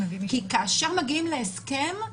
כי כאשר מגיעים להסכם,